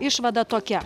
išvada tokia